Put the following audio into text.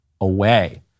away